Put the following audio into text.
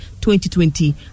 2020